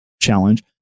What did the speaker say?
challenge